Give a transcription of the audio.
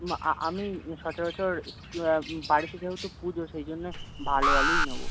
না আমি সচরাচর বাড়িতে যেহেতু পুজো সেই জন্যে ভালো আলুই নেবো